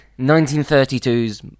1932's